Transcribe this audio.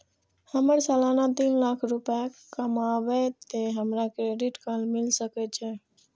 हमर सालाना तीन लाख रुपए कमाबे ते हमरा क्रेडिट कार्ड मिल सके छे?